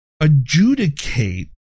adjudicate